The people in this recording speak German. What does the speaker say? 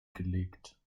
gelegt